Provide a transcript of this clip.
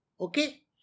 Okay